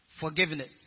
Forgiveness